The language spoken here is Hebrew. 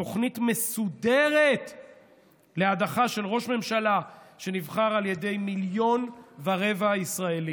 תוכנית מסודרת להדחה של ראש ממשלה שנבחר על ידי מיליון ורבע ישראלים.